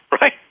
right